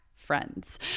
friends